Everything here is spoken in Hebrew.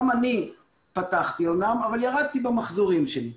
גם אני פתחתי אמנם אבל ירדתי במחזורים שלי.